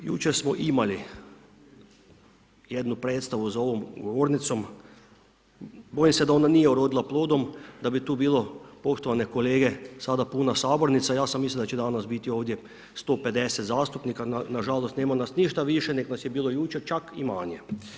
Jučer smo imali jednu predstavu za ovom govornicom, bojim se da ona nije urodila plodom, da bi tu bilo poštovane kolege, sada puna Sabornica, ja sam mislio da će danas biti ovdje 150 zastupnika, na žalost nema nas ništa više nego nas je bilo jučer, čak i manje.